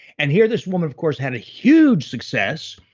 and here this woman of course had a huge success,